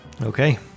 Okay